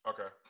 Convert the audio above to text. Okay